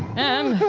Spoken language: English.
and